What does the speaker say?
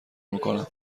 میکنم